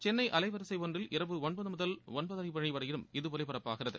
சென்னை அலைவரிசை ஒன்றில் இரவு ஒன்பது முதல் ஒன்பதரை மணி வரையும் இது ஒலிபரப்பாகிறது